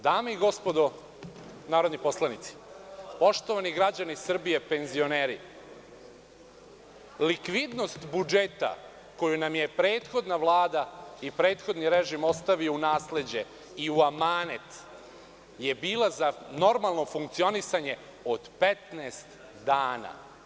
Dame i gospodo narodni poslanici, poštovani građani Srbije, penzioneri, likvidnost budžeta koju nam je prethodna Vlada i prethodni režim ostavio u nasleđe i u amanet je bila za normalno funkcionisanje od 15 dana.